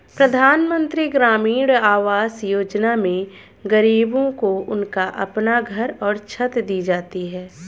प्रधानमंत्री ग्रामीण आवास योजना में गरीबों को उनका अपना घर और छत दी जाती है